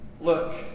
look